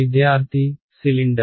విద్యార్థి సిలిండర్